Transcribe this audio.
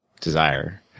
desire